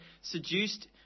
seduced